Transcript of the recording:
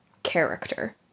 character